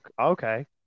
Okay